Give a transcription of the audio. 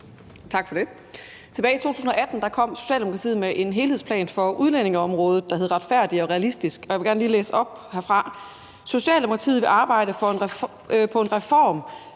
Tak for det. Tilbage i 2018 kom Socialdemokratiet med en helhedsplan for udlændingeområdet, der hed »Retfærdig og realistisk«, og jeg vil gerne lige læse op herfra: »Socialdemokratiet vil arbejde for en reform